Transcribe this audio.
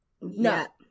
No